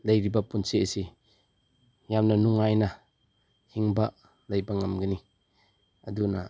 ꯂꯩꯔꯤꯕ ꯄꯨꯟꯁꯤ ꯑꯁꯤ ꯌꯥꯝꯅ ꯅꯨꯡꯉꯥꯏꯅ ꯍꯤꯡꯕ ꯂꯩꯕ ꯉꯝꯒꯅꯤ ꯑꯗꯨꯅ